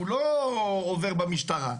הוא לא עובר במשטרה.